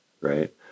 right